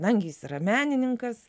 nagi jis yra menininkas